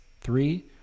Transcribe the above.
three